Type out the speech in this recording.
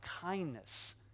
kindness